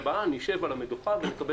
נתקן.